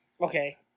okay